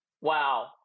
wow